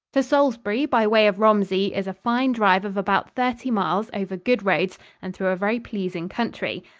to salisbury by way of romsey is a fine drive of about thirty miles over good roads and through a very pleasing country.